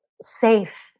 safe